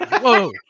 Whoa